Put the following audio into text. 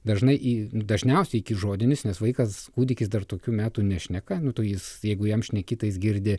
dažnai į dažniausiai iki žodinis nes vaikas kūdikis dar tokių metų nešneka nu tai jis jeigu jam šneki tai jis girdi